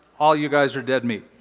all you guys are dead meat.